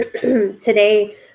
today